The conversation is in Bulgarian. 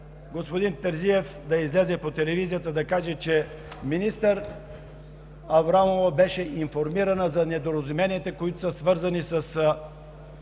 господин Терзиев да излезе и да каже, че министър Аврамова беше информирана за недоразуменията, които са свързани с